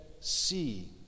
See